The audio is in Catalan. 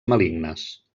malignes